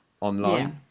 online